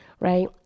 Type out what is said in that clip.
right